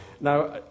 Now